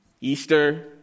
Easter